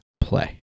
play